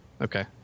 Okay